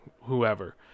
whoever